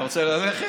אתה רוצה ללכת?